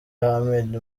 ahmed